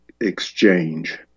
exchange